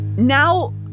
Now